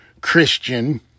Christian